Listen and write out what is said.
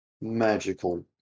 magical